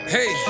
Hey